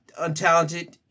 untalented